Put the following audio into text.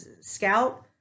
scout